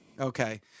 Okay